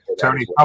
Tony